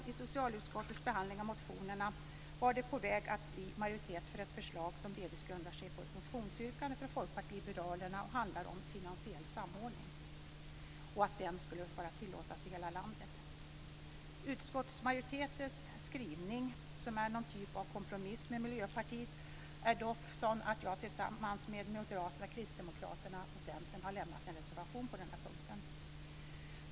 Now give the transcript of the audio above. I socialutskottets behandling av motionerna var det på väg att bli majoritet för ett förslag som delvis grundar sig på ett motionsyrkande från Folkpartiet liberalerna och handlar om att finansiell samordning ska tillåtas i hela landet. Utskottsmajoritetens skrivning, som är någon typ av kompromiss med Miljöpartiet, är dock sådan att jag tillsammans med Moderaterna, Kristdemokraterna och Centern har lämnat en reservation på denna punkt.